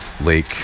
lake